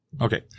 Okay